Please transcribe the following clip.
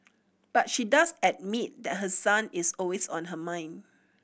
but she does admit that her son is always on her mind